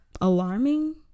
alarming